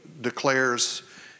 declares